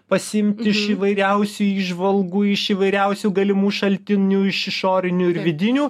pasiimti iš įvairiausių įžvalgų iš įvairiausių galimų šaltinių iš išorinių ir vidinių